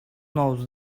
knows